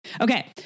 Okay